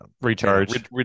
Recharge